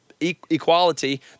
equality